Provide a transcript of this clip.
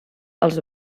als